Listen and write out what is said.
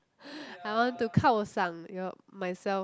I want to 靠赏 your myself